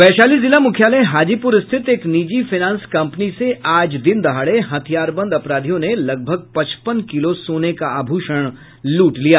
वैशाली जिला मूख्यालय हाजीपूर स्थित एक निजी फाइनेंस कम्पनी से आज दिन दहाड़े हथियारबंद अपराधियों ने लगभग पचपन किलो सोने का आभूषण लूट लिया